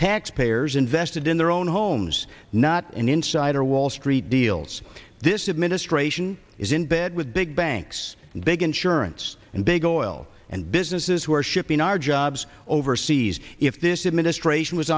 taxpayers invested in their own homes not in insider wall street deals this administration is in bed with big banks they can surance and big oil and businesses who are shipping our jobs overseas if this administration was